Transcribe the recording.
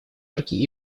йорке